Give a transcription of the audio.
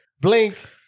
Blink